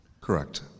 Correct